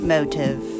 Motive